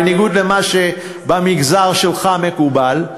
בניגוד למה שבמגזר שלך מקובל,